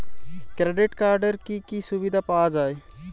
Credit কার্ডের কি কি সুবিধা পাওয়া যায়?